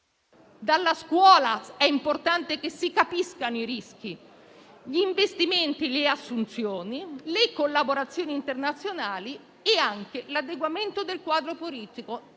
dalla scuola è importante che si capiscano i rischi), gli investimenti, le assunzioni, le collaborazioni internazionali e anche l'adeguamento del quadro politico